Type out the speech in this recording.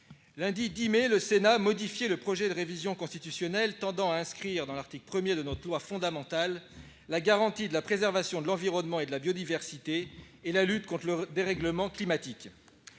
lundi 10 mai, le Sénat modifiait le projet de loi constitutionnelle tendant à inscrire à l'article 1 de notre loi fondamentale la garantie de la préservation de l'environnement et de la biodiversité, et la lutte contre le dérèglement climatique.